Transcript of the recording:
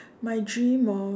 my dream of